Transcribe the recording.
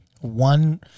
One